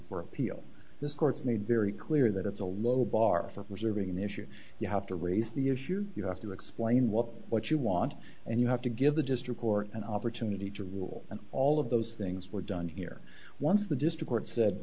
for appeal this court made very clear that it's a low bar for preserving an issue you have to raise the issue you have to explain what what you want and you have to give the just record an opportunity to rule and all of those things were done here once the just a court said